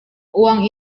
uang